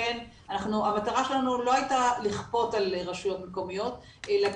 המטרה שלנו לא הייתה לכפות על רשויות מקומיות אלא